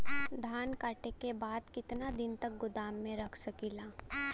धान कांटेके बाद कितना दिन तक गोदाम में रख सकीला?